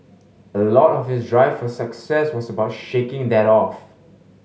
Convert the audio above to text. a lot of his drive for success was about shaking that off